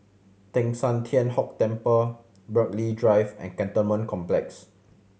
Teng San Tian Hock Temple Burghley Drive and Cantonment Complex